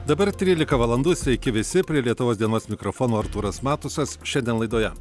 dabar trylika valandų sveiki visi prie lietuvos dienos mikrofono artūras matusas šiandien laidoje